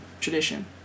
tradition